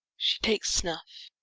she takes snuff.